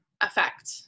effect